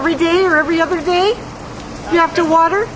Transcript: every day or every other day you have to water